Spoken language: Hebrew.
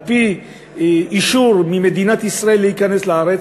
על-פי אישור ממדינת ישראל להיכנס לארץ.